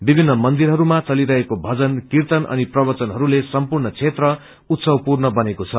विभिन्न मन्दिरहरूमा चलिरहेको भजन किव्रन अनि प्रवचनहरूले सम्पूर्ण क्षेत्र उत्सव पूर्ण बनेको छ